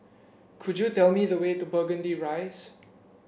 could you tell me the way to Burgundy Rise